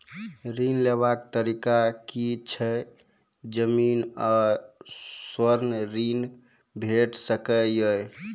ऋण लेवाक तरीका की ऐछि? जमीन आ स्वर्ण ऋण भेट सकै ये?